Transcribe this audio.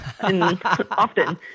often